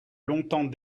longtemps